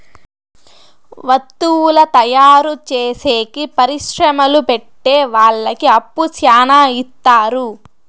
వత్తువుల తయారు చేసేకి పరిశ్రమలు పెట్టె వాళ్ళకి అప్పు శ్యానా ఇత్తారు